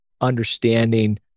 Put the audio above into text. understanding